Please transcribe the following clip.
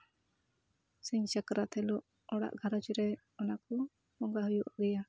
ᱥᱤᱧ ᱥᱟᱠᱨᱟᱛ ᱦᱤᱞᱳᱜ ᱚᱲᱟᱜ ᱜᱷᱟᱨᱚᱸᱡᱽ ᱨᱮ ᱚᱱᱟ ᱠᱚ ᱵᱚᱸᱜᱟ ᱦᱩᱭᱩᱜ ᱜᱮᱭᱟ